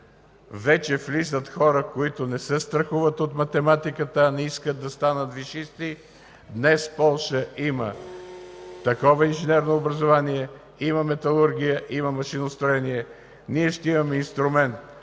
вече влизат хора, които не се страхуват от математиката, а не искат да станат висшисти. Днес Полша има такова инженерно образование. Има металургия, има машиностроене. Ние ще имаме инструмент